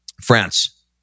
France